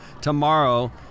tomorrow